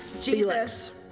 Jesus